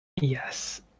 Yes